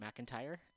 McIntyre